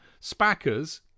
Spackers